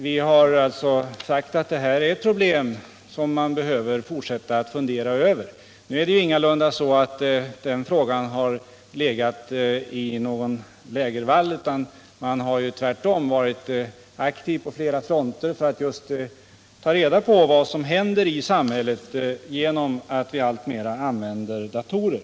Vi har sagt att detta är ett problem som man behöver fortsätta att fundera över. Utskottet har enats om att begära en utredning med parlamentariskt inslag. Nu har denna fråga ingalunda legat i lägervall, utan man har tvärtom varit aktiv på flera fronter för att ta reda på vad som händer i samhället genom den alltmer ökade användningen av datorer.